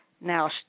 Now